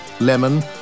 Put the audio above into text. lemon